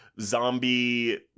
zombie